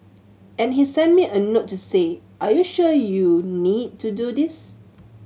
and he sent me a note to say are you sure you need to do this